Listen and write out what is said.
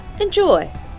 Enjoy